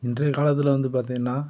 இன்றைய காலத்தில் வந்து பார்த்திங்கன்னா